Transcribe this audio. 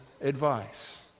advice